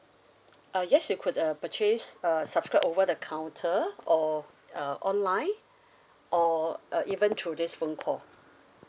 uh yes you could uh purchase uh subscribe over the counter or uh online or uh even through this phone call